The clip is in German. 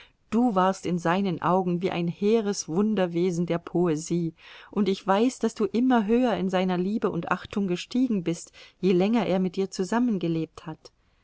du warst in seinen augen wie ein hehres wunderwesen der poesie und ich weiß daß du immer höher in seiner liebe und achtung gestiegen bist je länger er mit dir zusammen gelebt hat